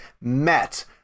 met